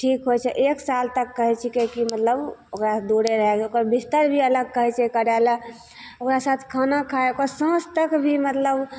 ठीक होइ छै एकसाल तक कहै छिकै कि मतलब ओकरासे दूरे रहैले ओकर बिस्तर भी अलग कहै छै करैले ओकरा साथ खाना खाइ ओकर साँस तक भी मतलब